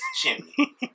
Chimney